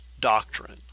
Doctrine